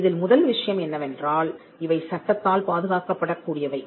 இதில் முதல் விஷயம் என்னவென்றால் இவை சட்டத்தால் பாதுகாக்கப்படக் கூடியவை